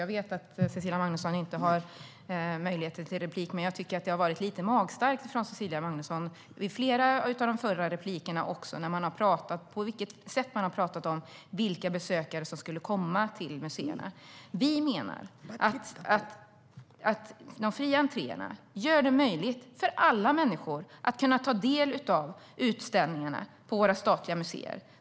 Jag vet att Cecilia Magnusson inte har möjlighet till en ytterligare replik, men jag tycker att det har varit lite magstarkt från Cecilia Magnusson - också i flera av de tidigare replikskiftena - när det gäller sättet att prata om vilka besökare som skulle komma till museerna. Vi menar att fri entré gör det möjligt för alla människor att ta del av utställningarna på våra statliga museer.